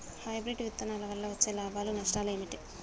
Hybrid విత్తనాల వల్ల వచ్చే లాభాలు నష్టాలు ఏమిటి?